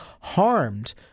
harmed